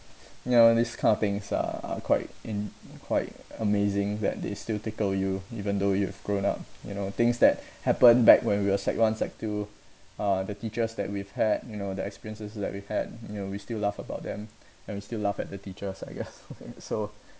you know this kind of things are quite in quite amazing that they still tickles you even though you've grown up you know things that happened one sec~ two uh the teachers that we've had you know the experiences that we had you know we still laugh about them and we still laugh at the teachers I guess so